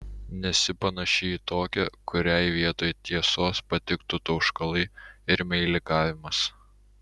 nesi panaši į tokią kuriai vietoj tiesos patiktų tauškalai ir meilikavimas